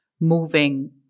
moving